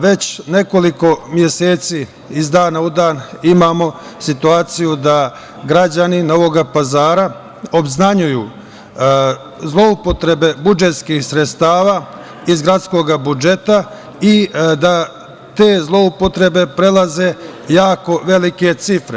Već nekoliko meseci, iz dana u dan, imamo situaciju da građani Novog Pazara obznanjuju zloupotrebe budžetskih sredstava iz gradskog budžeta i da te zloupotrebe prelaze jako velike cifre.